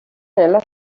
nella